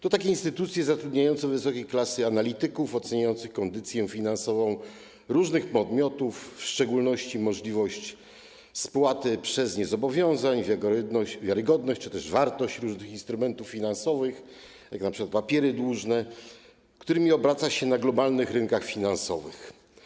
To instytucje zatrudniające wysokiej klasy analityków oceniających kondycję finansową różnych podmiotów, w szczególności możliwość spłaty przez nie zobowiązań, wiarygodność czy też wartość różnych instrumentów finansowych, jak np. papiery dłużne, którymi obraca się na globalnych rynkach finansowych.